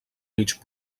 mig